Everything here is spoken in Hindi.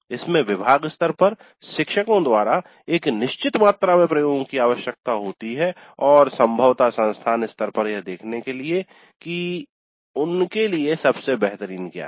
इसमें विभाग स्तर पर शिक्षको द्वारा एक निश्चित मात्रा में प्रयोगों की आवश्यकता होती है और संभवतः संस्थान स्तर पर यह देखने के लिए कि उनके लिए सबसे बेहतरीन क्या है